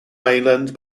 mainland